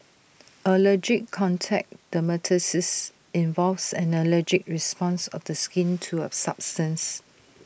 allergic contact dermatitis involves an allergic response of the skin to A substance